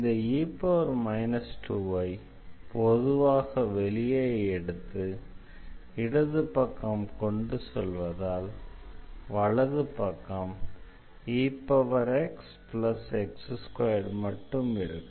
இந்த e 2yஐ பொதுவாக வெளியே எடுத்து இடது பக்கம் கொண்டு செல்வதால் வலது பக்கம் exx2 மட்டும் இருக்கும்